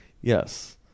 yes